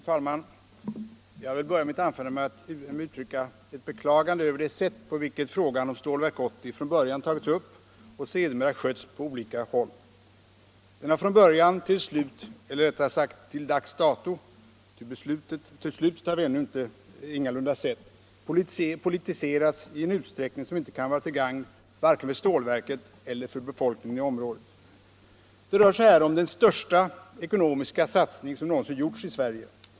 Fru talman! Jag vill börja mitt anförande med att uttrycka mitt beklagande över det sätt på vilket frågan om Stålverk 80 från början tagits upp och sedermera skötts på olika håll. Den har från början till slut eller rättare sagt till dags dato, ty slutet har vi ännu ingalunda sett, politiserats i en utsträckning som inte kan vara till gagn vare sig för stålverket eller för befolkningen i området. Det rör sig här om den största ekonomiska satsning som någonsin gjorts i Sverige.